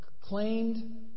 Claimed